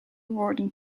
woorden